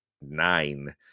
nine